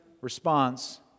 response